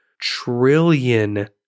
trillion